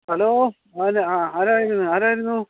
hello പിന്നെ ആ ആരായിരുന്നു ആരായിരുന്നു